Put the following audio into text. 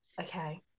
Okay